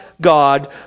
God